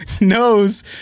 Knows